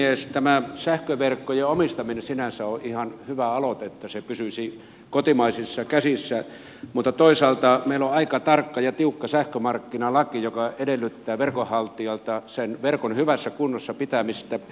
tämä sähköverkkojen omistaminen sinänsä on ihan hyvä aloite että se pysyisi kotimaisissa käsissä mutta toisaalta meillä on aika tarkka ja tiukka sähkömarkkinalaki joka edellyttää verkonhaltijalta sen verkon hyvässä kunnossa pitämistä